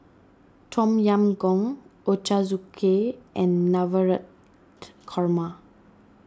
Tom Yam Goong Ochazuke and Navratan Korma